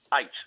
eight